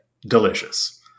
delicious